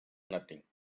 nothing